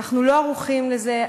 אנחנו לא ערוכים לזה,